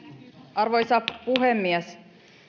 arvoisa puhemies